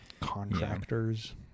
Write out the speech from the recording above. contractors